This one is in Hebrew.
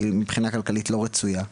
היא מבחינה כלכלית לא רצויה,